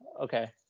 Okay